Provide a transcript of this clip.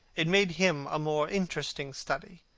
it made him a more interesting study.